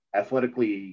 athletically